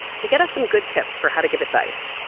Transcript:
to get us some good tips for how to give advice,